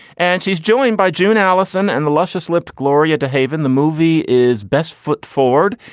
and she's joined by june allison and the luscious lipped gloria to haven. the movie is best foot forward.